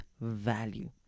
value